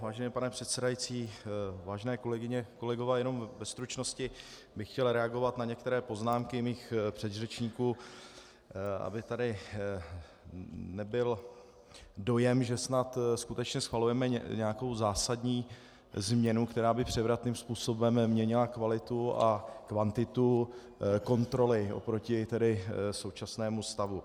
Vážený pane předsedající, vážené kolegyně, kolegové, jenom ve stručnosti bych chtěl reagovat na některé poznámky mých předřečníků, aby tady nebyl dojem, že snad skutečně schvalujeme nějakou zásadní změnu, která by převratným způsobem měnila kvalitu a kvantitu kontroly oproti současnému stavu.